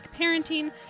parenting